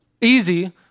easy